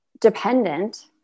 dependent